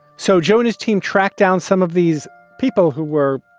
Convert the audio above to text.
so jonah's team tracked down some of these people who were,